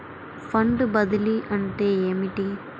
Fund బదిలీ అంటే ఏమిటి?